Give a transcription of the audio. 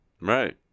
Right